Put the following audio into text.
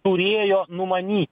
turėjo numanyti